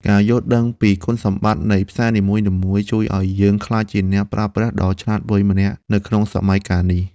ការយល់ដឹងពីគុណសម្បត្តិនៃផ្សារនីមួយៗជួយឱ្យយើងក្លាយជាអ្នកប្រើប្រាស់ដ៏ឆ្លាតវៃម្នាក់នៅក្នុងសម័យកាលនេះ។